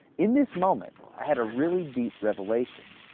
in this moment i had a really deep revelation.